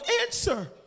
answer